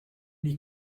many